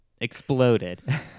exploded